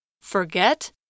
Forget